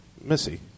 Missy